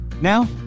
Now